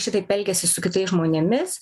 šitaip elgiasi su kitais žmonėmis